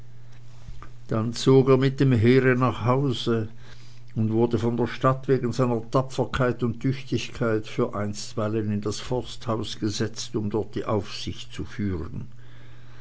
dann zog er mit dem heere nach hause und wurde von der stadt wegen seiner tapferkeit und tüchtigkeit für einstweilen in das forsthaus gesetzt um dort die aufsicht zu führen